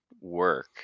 work